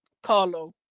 Carlo